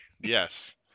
Yes